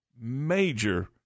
major